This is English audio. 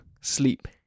sleep